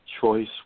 Choice